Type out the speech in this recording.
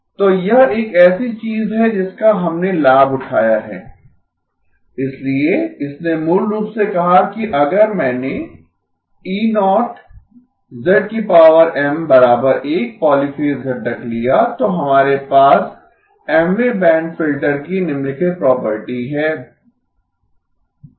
तो यह एक ऐसी चीज है जिसका हमने लाभ उठाया है इसलिए इसने मूल रूप से कहा कि अगर मैंने E01 पॉलीफेज घटक लिया तो हमारे पास Mवें बैंड फिल्टर की निम्नलिखित प्रॉपर्टी है